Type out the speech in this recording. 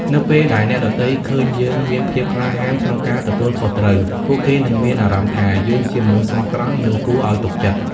នៅពេលដែលអ្នកដទៃឃើញយើងមានភាពក្លាហានក្នុងការទទួលខុសត្រូវ ពួកគេនឹងមានអារម្មណ៍ថា យើងជាមនុស្សស្មោះត្រង់ និងគួរឱ្យទុកចិត្ត។